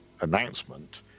announcement